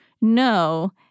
no